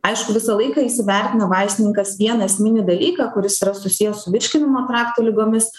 aišku visą laiką įsivertina vaistininkas vieną esminį dalyką kuris yra susijęs su virškinimo trakto ligomis